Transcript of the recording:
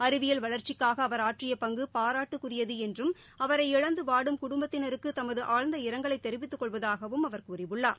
அறிவியல் வளர்ச்சிக்காக அவர் ஆற்றிய பங்கு பாராட்டுக்குரியது என்றும் அவரை இழந்து வாடும் குடும்பத்தினருக்கு தமது ஆழ்ந்த இரங்கலை தெரிவித்துக் கொள்வதாகவும் அவர் கூறியுள்ளார்